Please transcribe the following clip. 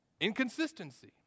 Inconsistency